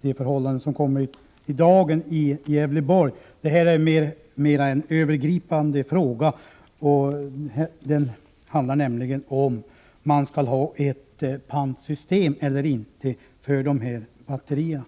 de förhållanden som kommit i dagen i Gävleborg. Den här frågan är mer övergripande och handlar om huruvida man skall ha ett pantsystem eller inte för miljöfarliga batterier.